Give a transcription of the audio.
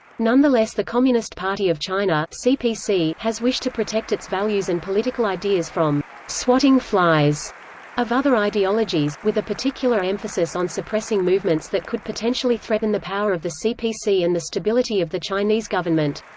nonetheless the communist party of china has wished to protect its values and political ideas from swatting flies of other ideologies, with a particular emphasis on suppressing movements that could potentially threaten the power of the cpc and the stability of the chinese government.